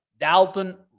Dalton